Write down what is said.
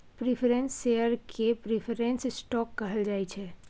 preference share केँ preference stock कहल जाइ छै